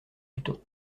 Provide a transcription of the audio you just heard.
plutôt